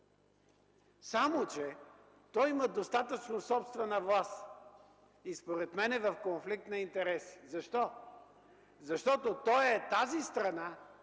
Само че той има достатъчно собствена власт и според мен е в конфликт на интереси. Защо? Защото той е тази страна,